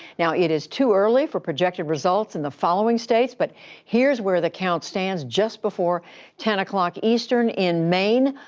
now, it is too early for projected results in the following states. but here's where the count stands just before ten zero like eastern in maine.